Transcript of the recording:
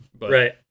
Right